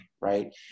right